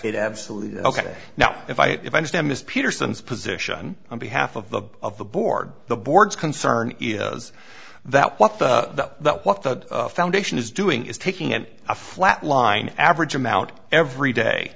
it absolutely ok now if i if i understand this peterson's position on behalf of the of the board the board's concern is that what the that what the foundation is doing is taking and a flat line average amount every day